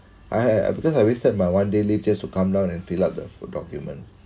I I because I wasted my one day leave just to come down and fill up the document